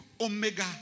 omega